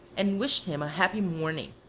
and wished him a happy morning.